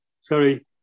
Sorry